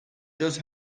does